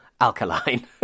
Alkaline